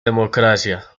democracia